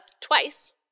twice